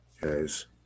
guys